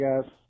guys